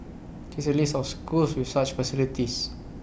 here's A list of schools with such facilities